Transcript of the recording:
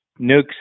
nukes